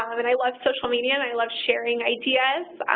i mean i love social media and i love sharing ideas.